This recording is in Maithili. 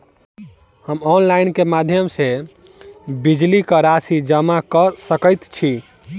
हम ऑनलाइन केँ माध्यम सँ बिजली कऽ राशि जमा कऽ सकैत छी?